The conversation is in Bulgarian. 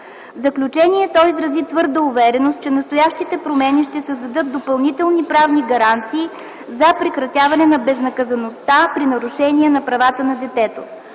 В заключение той изрази твърда увереност, че настоящите промени ще създадат допълнителни правни гаранции за прекратяване на безнаказаността при нарушения на правата на детето.